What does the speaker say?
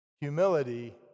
humility